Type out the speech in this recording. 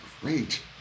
great